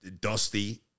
Dusty